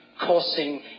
causing